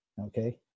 Okay